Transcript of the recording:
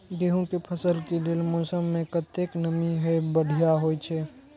गेंहू के फसल के लेल मौसम में कतेक नमी हैब बढ़िया होए छै?